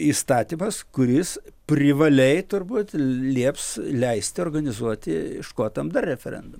įstatymas kuris privaliai turbūt lieps leisti organizuoti škotam dar referendumą